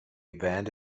event